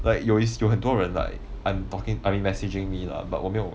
like 有一些有很多人 like I'm talking I mean messaging me lah but 我没有